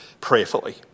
prayerfully